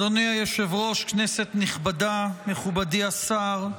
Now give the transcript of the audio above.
אדוני היושב-ראש, כנסת נכבדה, מכובדי השר,